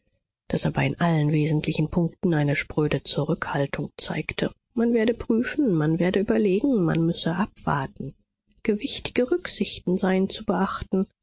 das aber in allen wesentlichen punkten eine spröde zurückhaltung zeigte man werde prüfen man werde überlegen man müsse abwarten gewichtige rücksichten seien zu beachten